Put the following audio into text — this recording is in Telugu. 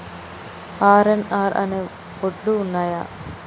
ఆర్.ఎన్.ఆర్ అనే వడ్లు ఉన్నయా?